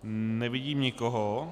Nevidím nikoho.